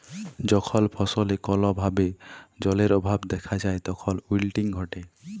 যখল ফসলে কল ভাবে জালের অভাব দ্যাখা যায় তখল উইলটিং ঘটে